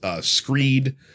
screed